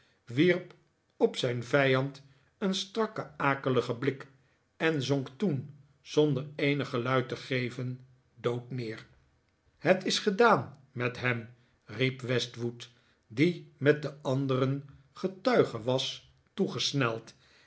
wierp op zijn vijand een strakken akeligen blik en zonk toen zonder eenig geluid te geven dood neer het is gedaan met hem riep westwood die met den anderen getuige was